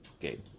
Okay